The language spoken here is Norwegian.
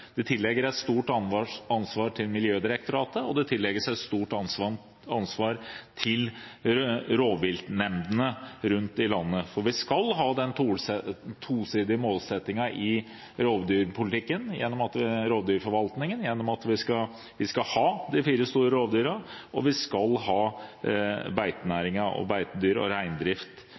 Det tilligger Miljødirektoratet et stort ansvar, og det tilligger rovviltnemndene rundt i landet et stort ansvar, for vi skal ha den tosidige målsettingen i rovdyrforvaltningen, at vi skal ha de fire store rovdyrene, og at vi skal ha beitenæring, beitedyr og reindrift